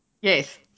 Yes